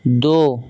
دو